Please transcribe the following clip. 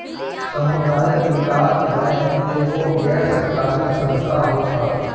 सामुदायिक विकास बैंक एगो गैर सरकारी संस्था होत हअ